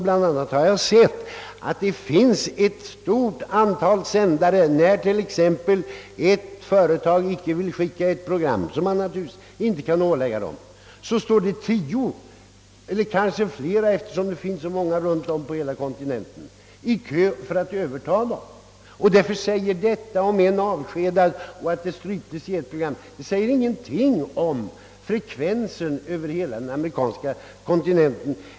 Bland annat har jag kunnat konstatera att det finns ett stort antal sändare, och om det händer att ett företag inte vill skicka ett visst program — vilket man naturligtvis inte kan åläggas att göra står tio eller kanske flera, av de många företagen över hela konti nenten i kö för att överta detta program. Därför säger herr Palmes uttalande om ett avskedande och en strykning i ett program ingenting om frekvensen över hela den amerikanska kontinenten.